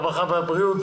הרווחה והבריאות.